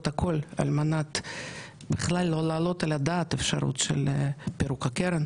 הכול על מנת בכלל לא להעלות על הדעת אפשרות של פירוק הקרן.